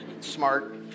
Smart